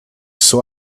saw